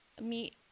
meet